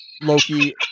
loki